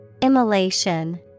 Immolation